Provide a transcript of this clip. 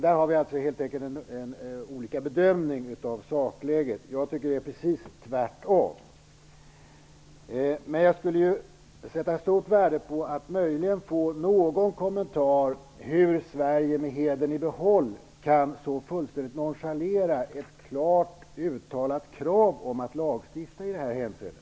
Där gör vi helt enkelt olika bedömning av sakläget. Jag tycker precis tvärtom. Jag skulle sätta stort värde på att möjligen få någon kommentar till hur Sverige med hedern i behåll kan så fullständigt nonchalera ett klart uttalat krav om att lagstifta i detta hänseende.